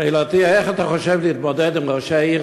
שאלתי: איך אתה חושב להתמודד עם ראשי עיר